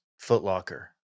footlocker